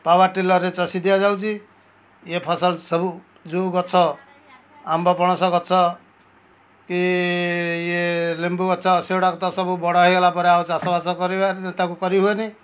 power ଟିଲର୍ରେ ଚଷୀ ଦିଆଯାଉଛି ଏ ଫସଲ ସବୁ ଯେଉଁ ଗଛ ଆମ୍ବ ପଣସ ଗଛ କି ଇଏ ଲେମ୍ବୁ ଗଛ ସେଗୁଡ଼ାକ ତ ସବୁ ବଡ଼ ହୋଇଗଲାପରେ ଆଉ ଚାଷବାସ କରିବାନି ତାକୁ କରିହୁଏନି